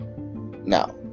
Now